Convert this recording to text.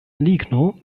ligno